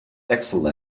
excel